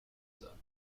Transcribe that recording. zone